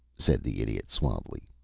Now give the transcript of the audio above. said the idiot, suavely.